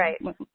right